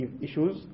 issues